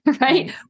right